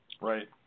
Right